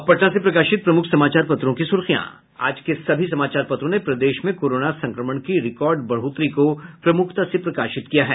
अब पटना से प्रकाशित प्रमुख समाचार पत्रों की सुर्खियां आज के सभी समाचार पत्रों ने प्रदेश में कोरोना संक्रमण की रिकॉर्ड बढ़ोतरी को प्रमुखता से प्रकाशित किया है